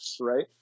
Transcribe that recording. right